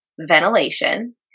ventilation